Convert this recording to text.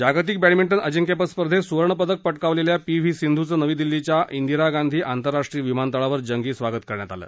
जागतिक बॅडमिंटन अजिंक्यपद स्पर्धेत सुवर्णपदक पटकावलेल्या पी व्ही सिंधूचं नवी दिल्लीच्या इंदिरा गांधी विमानतळावर जंगी स्वागत करण्यात आलं